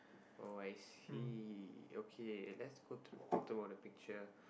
oh I see okay let's go to the bottom of the picture